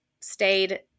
stayed